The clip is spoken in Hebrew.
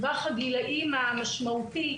טווח הגילאים המשמעותי,